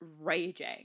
raging